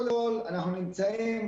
בשנת